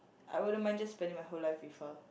I wouldn't mind just spending my whole life with her